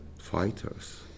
fighters